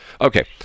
Okay